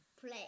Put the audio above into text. Play